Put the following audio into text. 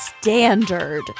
standard